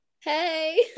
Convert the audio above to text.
Hey